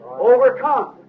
overcome